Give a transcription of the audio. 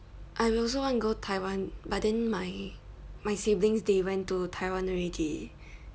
I also want to go taiwan but then my my siblings they went to taiwan already